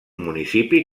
municipi